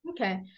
Okay